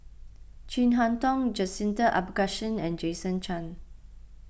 Chin Harn Tong Jacintha and Jason Chan